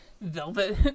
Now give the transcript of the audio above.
velvet